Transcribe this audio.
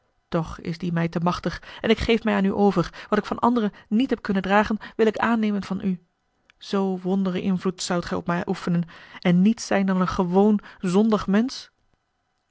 toch is die mij te machtig en ik geef mij aan u over wat ik van anderen niet heb kunnen dragen wil ik aannemen van u z wondren invloed zoudt gij op mij oefenen en niets zijn dan een gewoon zondig mensch